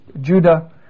Judah